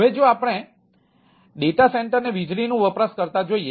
હવે જો આપણે ડેટા સેન્ટરછે